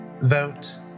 Vote